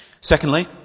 Secondly